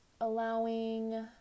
Allowing